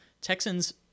Texans